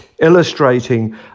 illustrating